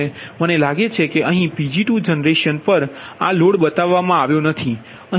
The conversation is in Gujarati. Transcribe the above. મને લાગે છે કે અહીં Pg2જનરેશન બસ પર આ લોડ બતાવવામાં આવ્યો નથી